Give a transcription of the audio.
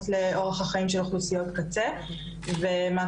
לאורך החיים של אוכלוסיות קצה ומעקב